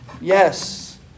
yes